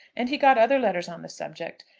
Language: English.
and he got other letters on the subject.